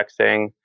texting